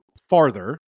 farther